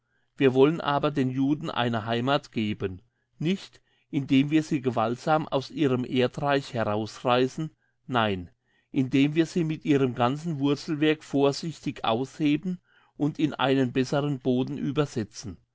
wir wollen aber den juden eine heimat geben nicht indem wir sie gewaltsam aus ihrem erdreich herausreissen nein indem wir sie mit ihrem ganzen wurzelwerk vorsichtig ausheben und in einen besseren boden übersetzen